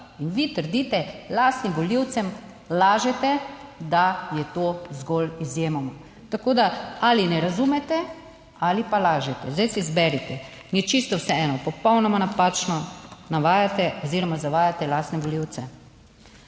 In vi trdite lastnim volivcem, lažete, da je to zgolj izjemoma, tako da ali ne razumete ali pa lažete. Zdaj si izberite, je čisto vseeno. Popolnoma napačno navajate oziroma zavajate lastne volivce.